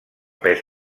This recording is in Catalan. pes